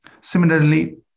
Similarly